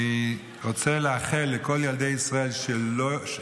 אני רוצה לאחל לכל ילדי ישראל שייוולדו,